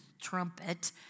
trumpet